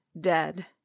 dead